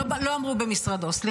לא אמרו במשרדו.